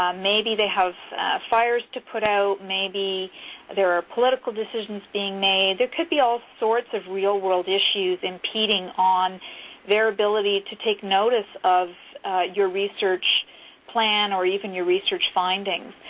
um maybe they have fires to put out. maybe there are political decisions being made. there could be all sorts of real world issues impeding on their ability to take notice of your research plan or even your research findings.